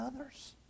others